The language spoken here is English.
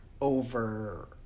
over